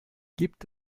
gibt